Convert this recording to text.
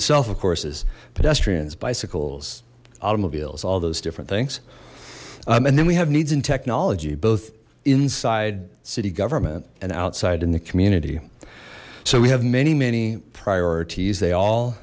itself of courses pedestrians bicycles automobiles all those different things and then we have needs and technology both inside city government and outside in the community so we have many many priorities they all